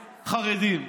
חרדים.